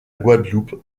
guadeloupe